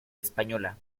española